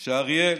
אריאל,